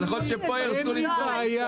האם זה שירותים נלווים?